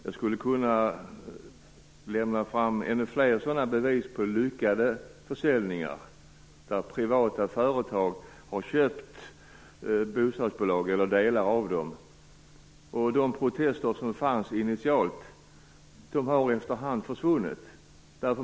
Jag skulle kunna peka på ännu flera sådana lyckade försäljningar, där privata företag har köpt bostadsbolag eller delar av dem och där de protester som fanns initialt efter hand har försvunnit.